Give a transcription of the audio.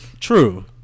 True